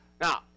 Now